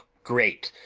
great!